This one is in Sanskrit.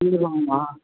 एवं वा